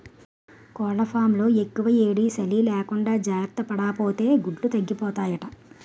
కోళ్లఫాంలో యెక్కుయేడీ, సలీ లేకుండా జార్తపడాపోతే గుడ్లు తగ్గిపోతాయట